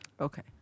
Okay